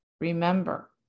Remember